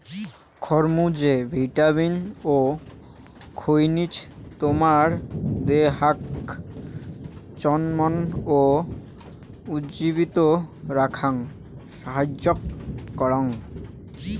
খরমুজে vitamin ও খনিজ তোমার দেহাক চনমন ও উজ্জীবিত রাখাং সাহাইয্য করাং